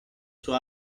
suo